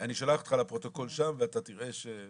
אני שולח אותך לפרוטוקול שם ואתה תראה.